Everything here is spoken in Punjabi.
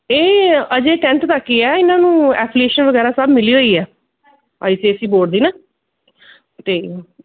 ਇਹ ਅਜੇ ਟੈਂਨਥ ਤੱਕ ਹੀ ਹੈ ਇਹਨਾਂ ਨੂੰ ਐਫੀਲੇਸ਼ਨ ਵਗੈਰਾ ਸਭ ਮਿਲੀ ਹੋਈ ਹੈ I C S E board ਦੀ ਨਾ ਅਤੇ